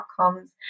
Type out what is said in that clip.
outcomes